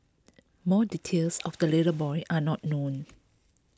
more details of the little boy are not known